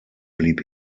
blieb